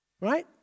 right